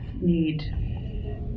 need